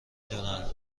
دونن